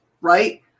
Right